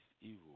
evil